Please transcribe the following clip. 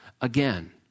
again